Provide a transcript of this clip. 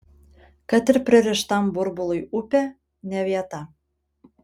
kad ir pririštam burbului upė ne vieta